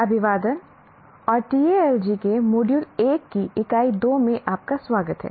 अभिवादन और TALG के मॉड्यूल 1 की इकाई 2 में आपका स्वागत है